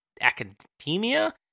academia